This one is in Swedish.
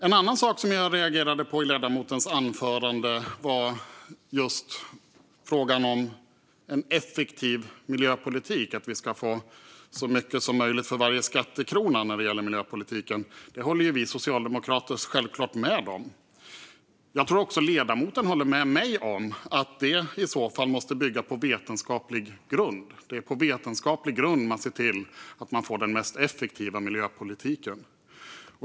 En annan sak jag reagerade på i ledamotens anförande var frågan om en effektiv miljöpolitik och att vi ska få så mycket som möjligt för varje skattekrona i miljöpolitiken. Detta håller vi socialdemokrater självfallet med om, och jag tror att ledamoten håller med mig om att det i så fall måste bygga på vetenskaplig grund. Det är på vetenskaplig grund som man ser till att man får den mest effektiva miljöpolitiken.